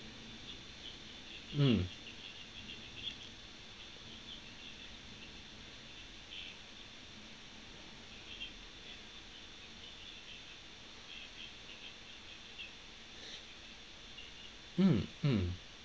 mm mm mm